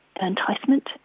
enticement